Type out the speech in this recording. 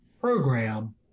program